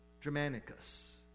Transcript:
Germanicus